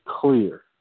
clear